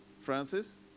Francis